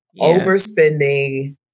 Overspending